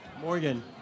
Morgan